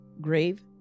grave